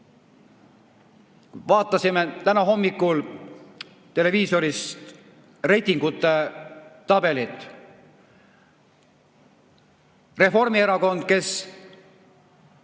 Vaatasime täna hommikul televiisorist reitingute tabelit. Reformierakond, kes